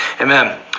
Amen